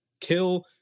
kill